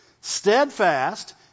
Steadfast